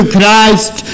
Christ